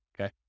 okay